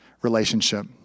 relationship